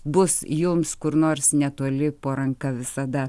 bus jums kur nors netoli po ranka visada